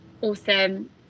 Awesome